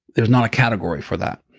there's not a category for that.